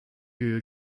you